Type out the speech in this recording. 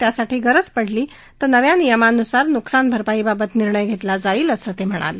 त्यासाठी गरज पडली तर नव्या नियमांनुसार नुकसान भरपाईबाबत निर्णय घेतला जाईल असं ते म्हणाले